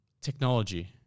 Technology